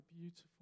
beautiful